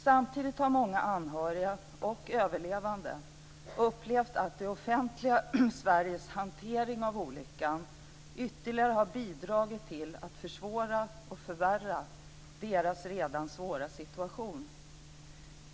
Samtidigt har många anhöriga och överlevande upplevt att det offentliga Sveriges hantering av olyckan ytterligare har bidragit till att försvåra och förvärra deras redan svåra situation.